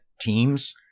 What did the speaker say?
teams